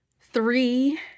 Three